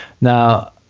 Now